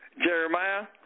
Jeremiah